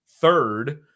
third